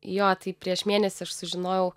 jo tai prieš mėnesį aš sužinojau